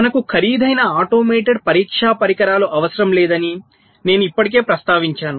మనకు ఖరీదైన ఆటోమేటెడ్ పరీక్షా పరికరాలు అవసరం లేదని నేను ఇప్పటికే ప్రస్తావించాను